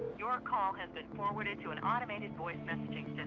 your call has been forwarded to an automated voice messaging